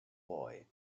boy